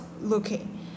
looking